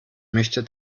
möchte